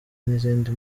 n’izindi